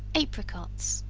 apricots.